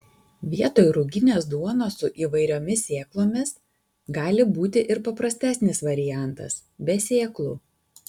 vietoj ruginės duonos su įvairiomis sėklomis gali būti ir paprastesnis variantas be sėklų